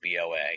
BOA